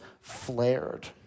flared